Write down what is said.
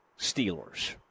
Steelers